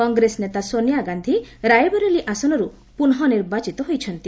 କଂଗ୍ରେସ ନେତା ସୋନିଆ ଗାକ୍ଷୀ ରାଏବରେଲୀ ଆସନରୁ ପୁନଃ ନିର୍ବାଚିତ ହୋଇଛନ୍ତି